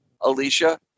Alicia